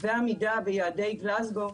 ועמידה ביעדי גלזגו,